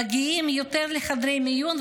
מגיעים יותר לחדרי מיון,